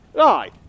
Aye